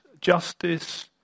justice